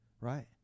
Right